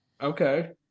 Okay